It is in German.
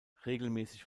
regelmäßig